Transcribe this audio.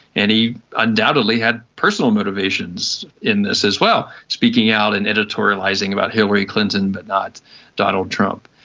and he undoubtedly had personal motivations in this as well, speaking out and editorialising about hillary clinton but not donald trump.